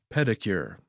Pedicure